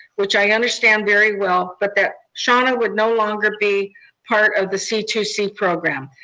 which i understand very well, but that shauna would no longer be part of the c two c program.